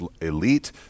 elite